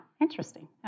interesting